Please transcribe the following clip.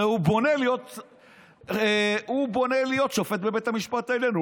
הרי הוא בונה להיות שופט בבית המשפט העליון.